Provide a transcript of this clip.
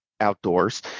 outdoors